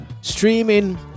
streaming